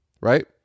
right